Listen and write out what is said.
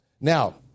Now